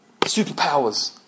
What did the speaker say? Superpowers